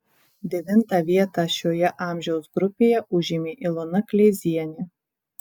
devintą vietą šioje amžiaus grupėje užėmė ilona kleizienė